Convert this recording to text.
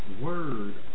word